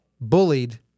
bullied